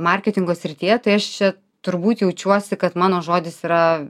marketingo srityje tai aš čia turbūt jaučiuosi kad mano žodis yra